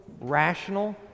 rational